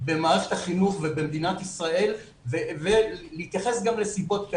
במערכת החינוך ובמדינת ישראל ונתייחס גם לסיבות.